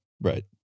right